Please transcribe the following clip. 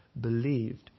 believed